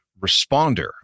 Responder